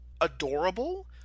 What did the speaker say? adorable